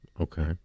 Okay